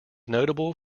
notable